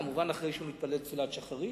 כמובן אחרי שהוא מתפלל תפילת שחרית.